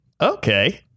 Okay